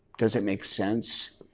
does it make sense?